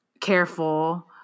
careful